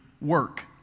work